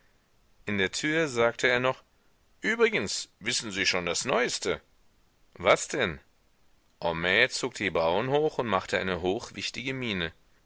in der tür sagte er noch übrigens wissen sie schon das neueste was denn homais zog die brauen hoch und machte eine hochwichtige miene